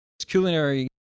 Culinary